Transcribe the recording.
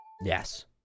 Yes